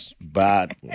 Bad